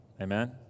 Amen